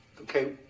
Okay